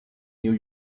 new